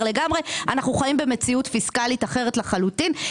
לגמרי ואנחנו חיים במציאות פיסקלית אחרת לחלוטין.